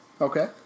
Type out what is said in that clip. Okay